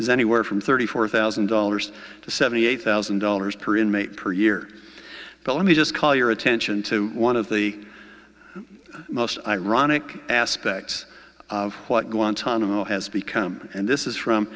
is anywhere from thirty four thousand dollars to seventy eight thousand dollars per inmate per year but let me just call your attention to one of the most ironic aspects of what guantanamo has become and this is from